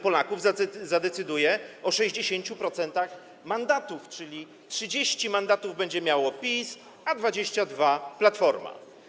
Polaków zadecyduje o 60% mandatów, czyli 30 mandatów będzie miało PiS, a 22 - Platforma.